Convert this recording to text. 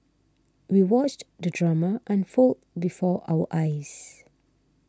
we watched the drama unfold before our eyes